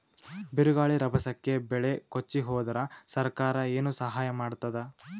ಬಿರುಗಾಳಿ ರಭಸಕ್ಕೆ ಬೆಳೆ ಕೊಚ್ಚಿಹೋದರ ಸರಕಾರ ಏನು ಸಹಾಯ ಮಾಡತ್ತದ?